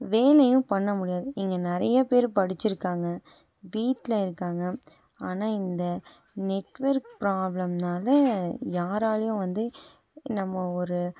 வேலையும் பண்ண முடியாது இங்கே நிறைய பேரு படிச்சிருக்காங்க வீட்டில் இருக்காங்க ஆனால் இந்த நெட்ஒர்க் ப்ராப்ளம்னால யாராலயும் வந்து நம்ம ஒரு